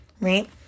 right